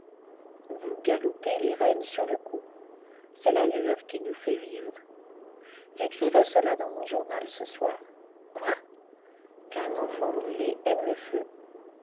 vous galopez les rênes sur le cou c'est l'allure qui nous fait vivre j'écrirai cela dans mon journal ce soir quoi qu'un enfant brûlé aime le feu